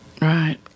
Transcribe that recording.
Right